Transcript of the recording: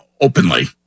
openly